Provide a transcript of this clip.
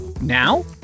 Now